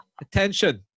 Attention